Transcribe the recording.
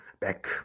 back